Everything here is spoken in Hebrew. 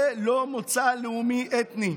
זה לא מוצא לאומי, אתני.